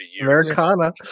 Americana